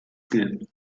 gehen